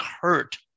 hurt